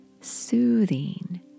soothing